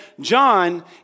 John